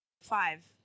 five